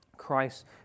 Christ